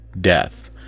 death